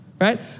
Right